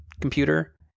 computer